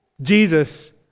Jesus